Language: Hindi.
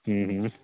हम्म हम्म